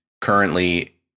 currently